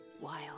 wild